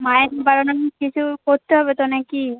মাইনে বাড়ানোর নিয়ে কিছু করতে হবে তো নাকি